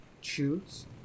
choose